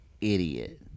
Idiot